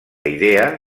idea